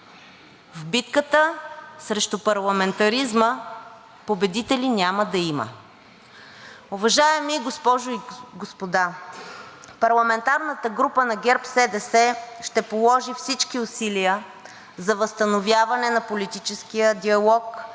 В битката срещу парламентаризма победители няма да има. Уважаеми госпожи и господа, парламентарната група на ГЕРБ-СДС ще положи всички усилия за възстановяване на политическия диалог